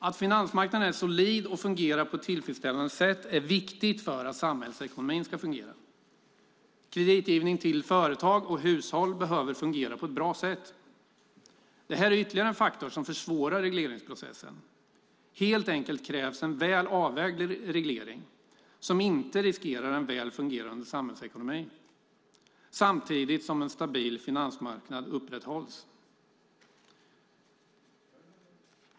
Att finansmarknaden är solid och fungerar på ett tillfredsställande sätt är viktigt för att samhällsekonomin ska fungera. Kreditgivning till företag och hushåll behöver fungera på ett bra sätt. Det här är ytterligare en faktor som försvårar regleringsprocessen. Det krävs helt enkelt en väl avvägd reglering som inte riskerar en väl fungerande samhällsekonomi, samtidigt som en stabil finansmarknad upprätthålls.